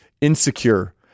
insecure